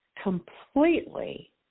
completely